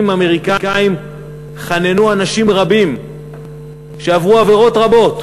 אמריקנים חננו אנשים רבים שעברו עבירות רבות,